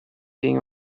being